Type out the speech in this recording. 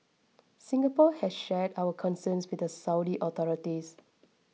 Singapore has shared our concerns with the Saudi authorities